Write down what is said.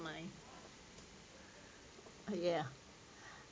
my ya